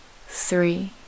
three